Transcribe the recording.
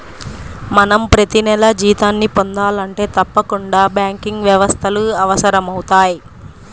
మనం ప్రతినెలా జీతాన్ని పొందాలంటే తప్పకుండా బ్యాంకింగ్ వ్యవస్థలు అవసరమవుతయ్